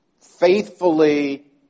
faithfully